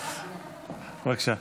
בבקשה.